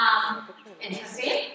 Interesting